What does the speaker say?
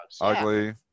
Ugly